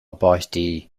báistí